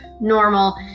normal